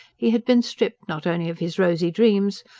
he had been stripped, not only of his rosy dreams,